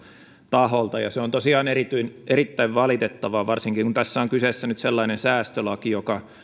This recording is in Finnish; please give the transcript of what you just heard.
taholta se on tosiaan erittäin valitettavaa varsinkin kun tässä on kyseessä nyt sellainen säästölaki joka